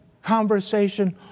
conversation